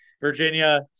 Virginia